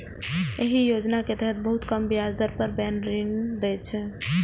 एहि योजना के तहत बहुत कम ब्याज दर पर बैंक ऋण दै छै